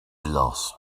lost